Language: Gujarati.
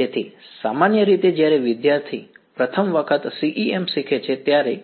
તેથી સામાન્ય રીતે જ્યારે વિદ્યાર્થી પ્રથમ વખત CEM શીખે છે ત્યારે